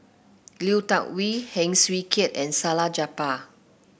Lui Tuck Yew Heng Swee Keat and Salleh Japar